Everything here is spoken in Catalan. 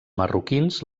marroquins